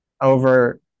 over